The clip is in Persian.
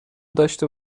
داشته